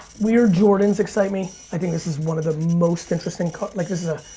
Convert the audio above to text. weird jordans excite me. i think this is one of the most interesting cards, like this is a,